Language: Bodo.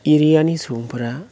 एरियानि सुबुंफोरा